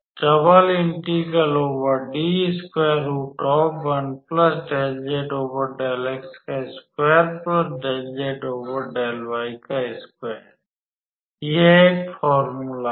यह एक फॉर्मूला है